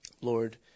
Lord